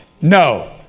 no